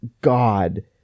god